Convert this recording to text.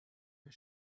wer